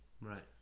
Right